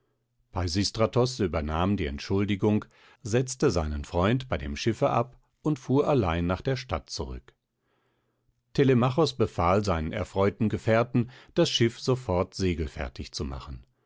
peisistratos übernahm die entschuldigung setzte seinen freund bei dem schiffe ab und fuhr allein nach der stadt zurück telemachos befahl seinen erfreuten gefährten das schiff sofort segelfertig zu machen